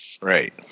Right